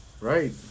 Right